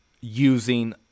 using